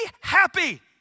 happy